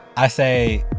i say,